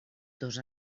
dos